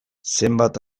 zenbat